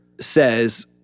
says